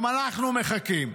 גם אנחנו מחכים.